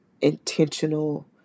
intentional